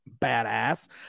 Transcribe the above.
Badass